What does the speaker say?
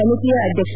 ಸಮಿತಿಯ ಅಧ್ಯಕ್ಷ